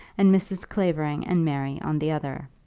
and mrs. clavering and mary on the other.